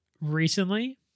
recently